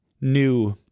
new